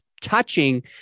touching